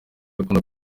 ukunda